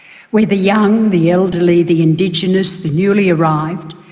where the young, the elderly, the indigenous, the newly arrived,